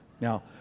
Now